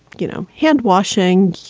you know, hand-washing.